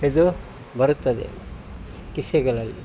ಇದು ಬರುತ್ತದೆ ಕಿಸೆಗಳಲ್ಲಿ